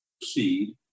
proceed